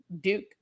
Duke